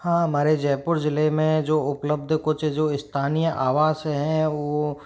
हाँ हमारे जयपुर ज़िले मे जो उपलब्ध कुछ जो स्थानीय आवास है वो